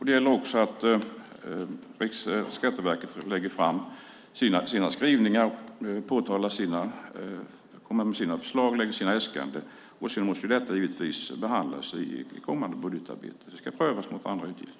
Det gäller också att Skatteverket lägger fram sina skrivningar, kommer med sina förslag och lägger fram sina äskanden. Sedan måste det givetvis behandlas i kommande budgetarbete. Det ska prövas mot andra utgifter.